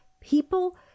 people